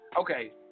Okay